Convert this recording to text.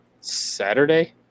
Saturday